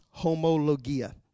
Homologia